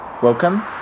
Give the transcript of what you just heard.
Welcome